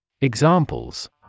Examples